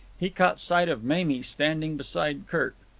he caught sight of mamie standing beside kirk.